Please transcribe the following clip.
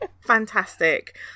fantastic